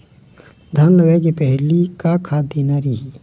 धान लगाय के पहली का खाद देना रही?